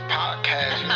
podcast